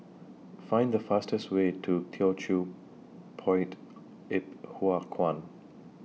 Find The fastest Way to Teochew Poit Ip Huay Kuan